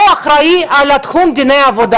הוא אחראי על תחום דיני עבודה,